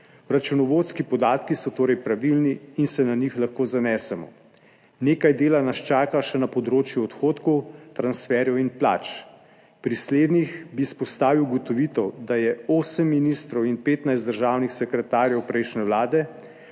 Računovodski podatki so torej pravilni in se na njih lahko zanesemo. Nekaj dela nas čaka še na področju odhodkov, transferjev in plač. Pri slednjih bi izpostavil ugotovitev, da je 8 ministrov in 15 državnih sekretarjev prejšnje vlade